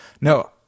No